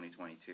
2022